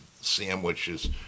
sandwiches